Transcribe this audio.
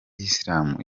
isilamu